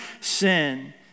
sin